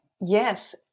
Yes